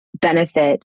benefit